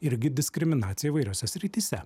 irgi diskriminacija įvairiose srityse